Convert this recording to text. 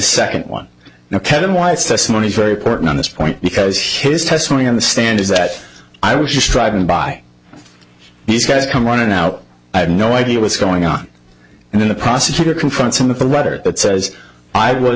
testimony very important on this point because he's testimony on the stand is that i was just driving by he says come running out i have no idea what's going on and then the prosecutor confront some of the rhetoric that says i would